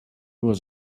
was